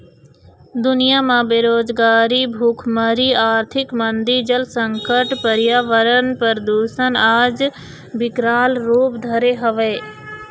दुनिया म बेरोजगारी, भुखमरी, आरथिक मंदी, जल संकट, परयावरन परदूसन आज बिकराल रुप धरे हवय